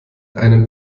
einen